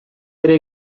ere